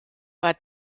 war